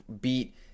beat